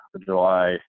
July